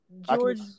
George